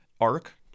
arc